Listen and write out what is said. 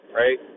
right